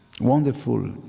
wonderful